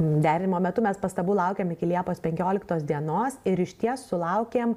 derinimo metu mes pastabų laukėm iki liepos penkioliktos dienos ir išties sulaukėm